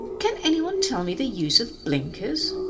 can any one tell me the use of blinkers?